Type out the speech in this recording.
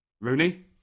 Rooney